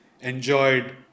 enjoyed